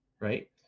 right